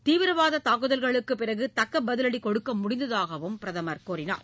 தீவிரவாத தாக்குதல்களுக்குப் பிறகு தக்க பதிலடி கொடுக்க முடிந்ததாகவும் பிரதமர் தெரிவித்தார்